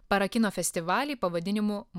para kino festivalį pavadinimu